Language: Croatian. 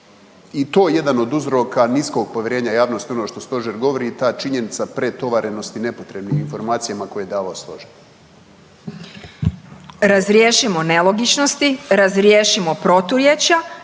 i to jedan od uzroka niskog povjerenja javnosti u ono što stožer govori ta činjenica pretovarenosti nepotrebnim informacijama koje je davao stožer.